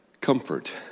comfort